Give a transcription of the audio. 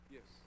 Yes